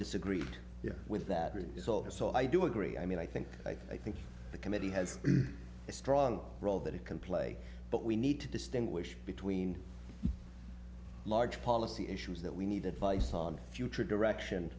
disagree with that result so i do agree i mean i think i think the committee has a strong role that it can play but we need to distinguish between large policy issues that we need advice on future direction